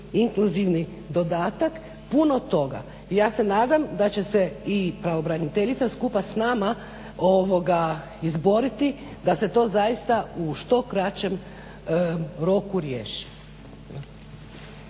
inkluzivni dodatak puno toga. I ja se nadam da će se i pravobraniteljica skupa s nama izboriti da se to zaista u što kraćem roku riješi.